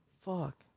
Fuck